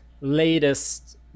latest